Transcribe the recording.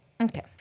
okay